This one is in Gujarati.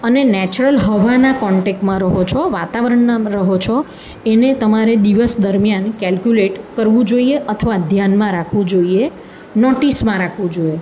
અને નેચરલ હવાના કોન્ટેકમાં રહો છો વાતાવરણમાં રહો છો એને તમારે દિવસ દરમ્યાન કેલ્ક્યુલેટ કરવું જોઈએ અથવા ધ્યાનમાં રાખવું જોઈએ નોટિસમાં રાખવું જોઈએ